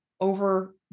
over